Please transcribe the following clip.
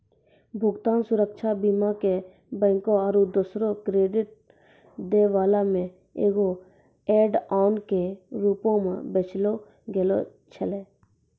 भुगतान सुरक्षा बीमा के बैंको आरु दोसरो क्रेडिट दै बाला मे एगो ऐड ऑन के रूपो मे बेचलो गैलो छलै